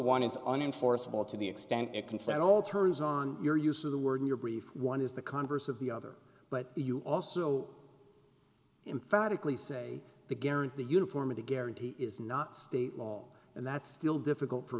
one is unenforceable to the extent it concerns all turns on your use of the word in your brief one is the converse of the other but you also emphatically say the guarantee uniformity guarantee is not state law and that's still difficult for